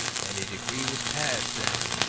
and a decree was passed that,